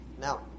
Now